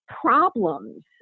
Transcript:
problems